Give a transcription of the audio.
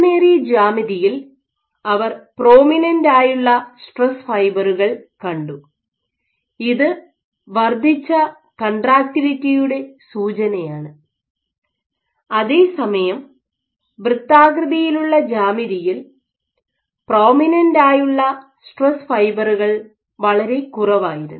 നീളമേറിയ ജ്യാമിതിയിൽ അവർ പ്രോമിനെന്റായുള്ള സ്ട്രെസ് ഫൈബറുകൾ കണ്ടു ഇത് വർദ്ധിച്ച കൺട്രാക്റ്റിലിറ്റിയുടെ സൂചനയാണ് അതേസമയം വൃത്താകൃതിയിലുള്ള ജ്യാമിതിയിൽ പ്രോമിനെന്റായുള്ള സ്ട്രെസ് ഫൈബറുകൾ വളരെ കുറവായിരുന്നു